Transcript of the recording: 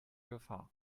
gefahr